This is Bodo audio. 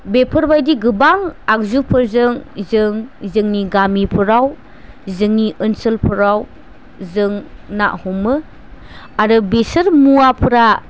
बेफोरबायदि गोबां आगजुफोरजों जों जोंनि गामिफोराव जोंनि ओनसोलफोराव जों ना हमो आरो बिसोर मुवाफ्रा